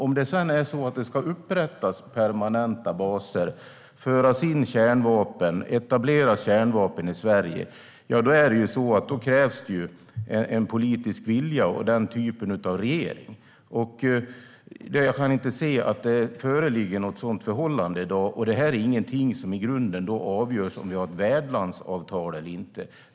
Skulle man sedan vilja upprätta permanenta baser, föra in kärnvapen och etablera kärnvapen i Sverige krävs det en politisk vilja och ett annat slags regering. Jag kan inte se att ett sådant förhållande föreligger i dag. Det är ingenting som i grunden avgörs av om vi har ett värdlandsavtal eller inte.